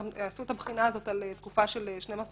עשו את הבחינה הזאת על תקופה של 12 חודשים.